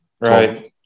Right